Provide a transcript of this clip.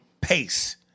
pace